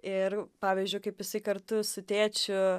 ir pavyzdžiui kaip jisai kartu su tėčiu